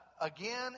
Again